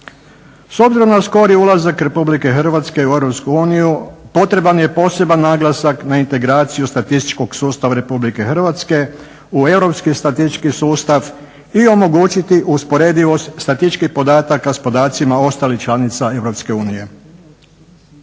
S obzirom na skori ulazak Republike Hrvatske u Europsku uniju potreban je poseban naglasak na integraciju statističkog sustava Republike Hrvatske u europski statistički sustava i omogućiti usporedivost statističkih podataka sa podacima ostalih članica